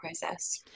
process